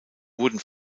wurden